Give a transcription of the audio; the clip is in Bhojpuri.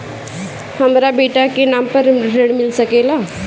हमरा बेटा के नाम पर ऋण मिल सकेला?